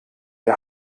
wir